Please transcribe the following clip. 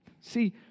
See